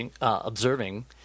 observing